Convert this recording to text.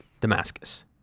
Damascus